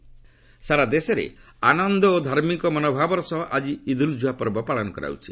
ଇଦୁଲ୍ ଜୁହା ସାରା ଦେଶରେ ଆନନ୍ଦ ଓ ଧାର୍ମିକର ମନଭାବର ସହ ଆଜି ଇଦୁଲ୍ ଜୁହା ପର୍ବ ପାଳନ କରାଯାଉଛି